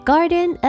Garden